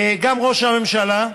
גם ראש הממשלה,